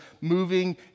moving